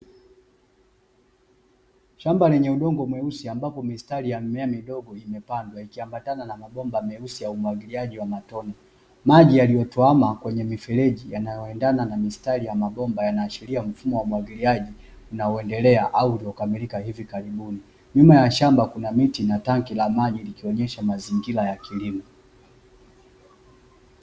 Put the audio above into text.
Samba lenye udongo mweusi ambapo mistari ya mimea midogo imepandwa, ikiambatana na mabomba meusi ya umwagiliaji wa matone, maji yaliyotuama kwenye mifereji yanayoendana na mistari ya mabomba yanaashiria mfumo wa umwagiliaji unaoendelea au uliokamilika hivi karibuni, nyuma ya shamba kuna buti na tanki la maji likionyesha mazingira ya kilimo.